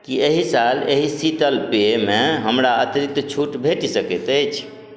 की एहि साल एहि शीतल पेयमे हमरा अतिरिक्त छूट भेट सकैत अछि